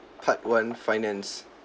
part one finance